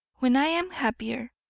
when i am happier,